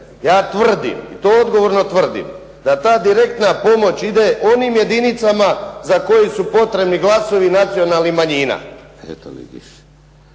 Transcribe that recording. ja tvrdim i to odgovorno tvrdim da ta direktna pomoć ide onim jedinicama za koje su potrebni glasovi nacionalnih manjina.